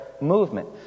movement